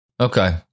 Okay